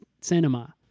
cinema